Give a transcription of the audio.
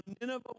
Nineveh